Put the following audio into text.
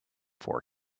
for